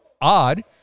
odd